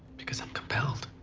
because i'm compelled.